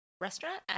restaurant